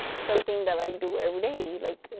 something that i do every day. like,